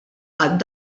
għad